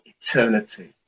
eternity